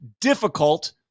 difficult